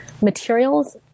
materials